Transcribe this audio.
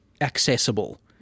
accessible